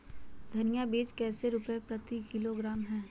धनिया बीज कैसे रुपए प्रति किलोग्राम है?